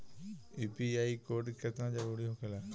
UPI code केतना जरुरी होखेला?